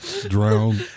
Drown